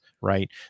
right